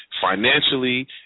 Financially